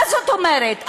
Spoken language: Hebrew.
מה זאת אומרת,